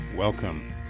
Welcome